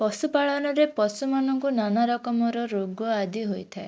ପଶୁ ପାଳନରେ ପଶୁମାନଙ୍କୁ ନାନା ରକମର ରୋଗ ଆଦି ହୋଇଥାଏ